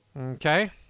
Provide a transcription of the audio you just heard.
Okay